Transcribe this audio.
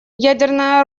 ядерное